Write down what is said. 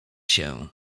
się